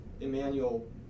Emmanuel